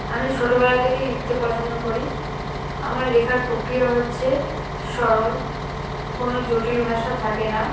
আমি ছোটোবেলা থেকেই লিখতে পছন্দ করি আমার লেখার প্রক্রিয়া হচ্ছে সরল কোনো জটিল ভাষা থাকে না